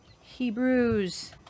Hebrews